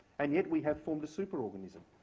and yet we have formed a super organism,